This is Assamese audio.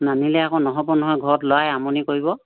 নানিলে আকৌ নহ'ব নহয় ঘৰত ল'ৰাই আমনি কৰিব